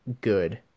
good